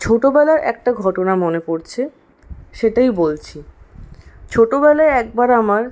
ছোটোবেলার একটা ঘটনা মনে পড়ছে সেটাই বলছি ছোটোবেলায় একবার আমার